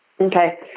Okay